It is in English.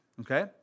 Okay